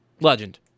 legend